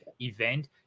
event